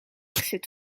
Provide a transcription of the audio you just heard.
zit